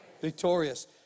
Victorious